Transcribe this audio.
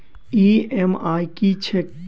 EMI की छैक?